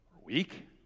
weak